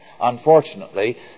Unfortunately